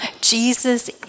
Jesus